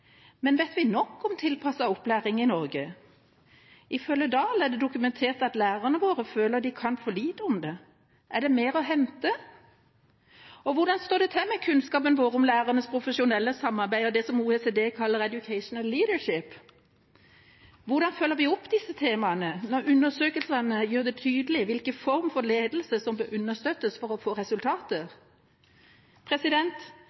Men vet vi nok om tilpasset opplæring i Norge? Ifølge Dahl er det dokumentert at lærerne våre føler de kan for lite om det. Er det mer å hente? Og hvordan står det til med kunnskapen vår om lærernes profesjonelle samarbeid og det som OECD kaller «educational leadership»? Hvordan følger vi opp disse temaene, når undersøkelsene gjør det tydelig hvilken form for ledelse som bør understøttes for å få resultater?